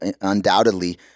undoubtedly